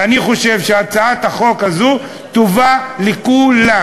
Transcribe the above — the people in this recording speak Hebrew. ואני חושב שהצעת החוק הזאת טובה לכולם.